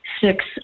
six